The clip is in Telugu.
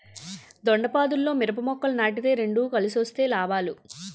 దొండపాదుల్లో మిరప మొక్కలు నాటితే రెండు కలిసొస్తే లాభాలు